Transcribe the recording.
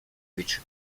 which